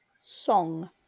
song